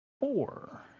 four